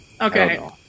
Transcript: Okay